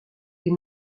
est